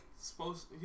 supposed